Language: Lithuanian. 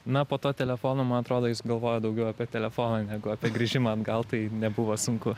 na po to telefono man atrodo jis galvojo daugiau apie telefoną negu apie grįžimą atgal tai nebuvo sunku